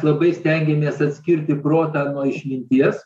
labai stengiamės atskirti protą nuo išminties